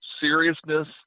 seriousness